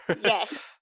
yes